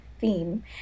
theme